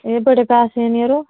एह् बड़े पैसे न यरो